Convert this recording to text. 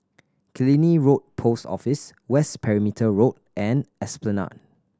Killiney Road Post Office West Perimeter Road and Esplanade